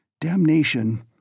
Damnation